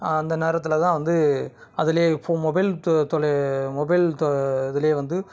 அந்த நேரத்தில்தான் வந்து அதிலயே இப்போ மொபைல் தொ தொலை மொபைல் தொ இதிலயே வந்து